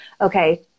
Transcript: okay